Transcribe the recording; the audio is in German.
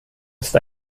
ist